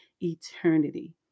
eternity